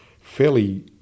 fairly